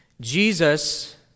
Jesus